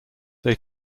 they